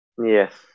Yes